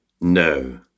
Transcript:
No